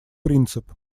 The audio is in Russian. принцип